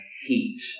heat